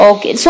Okay